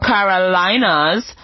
Carolinas